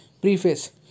Preface